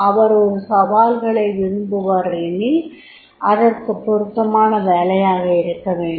அவர் ஒரு சவால்களை விரும்புபவர் எனில் அதற்குப் பொருத்தமான வேலையாக இருக்க வேண்டும்